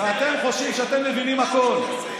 ואתם חושבים שאתם מבינים הכול.